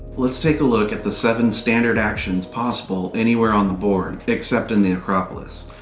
let's take a look at the seven standard actions possible anywhere on the board, except in the acropolis.